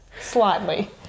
slightly